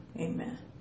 Amen